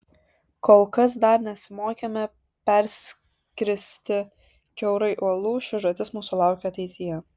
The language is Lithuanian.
kol kas dar nesimokėme perskristi kiaurai uolų ši užduotis mūsų laukia ateityje